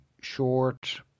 short